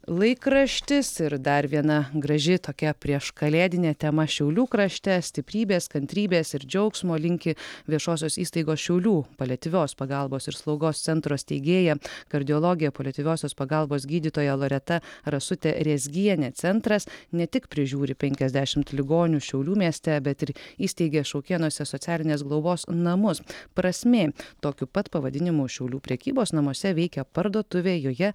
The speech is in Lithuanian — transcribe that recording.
laikraštis ir dar viena graži tokia prieškalėdinė tema šiaulių krašte stiprybės kantrybės ir džiaugsmo linki viešosios įstaigos šiaulių paliatyvios pagalbos ir slaugos centro steigėja kardiologė poliatyviosios pagalbos gydytoja loreta rasutė rezgienė centras ne tik prižiūri penkiasdešimt ligonių šiaulių mieste bet ir įsteigė šaukėnuose socialinės globos namus prasmė tokiu pat pavadinimu šiaulių prekybos namuose veikia parduotuvė joje